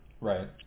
Right